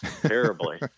terribly